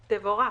תבורך.